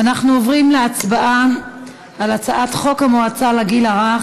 אנחנו עוברים להצבעה על הצעת חוק המועצה לגיל הרך,